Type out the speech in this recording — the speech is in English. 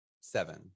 Seven